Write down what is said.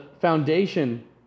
foundation